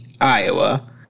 Iowa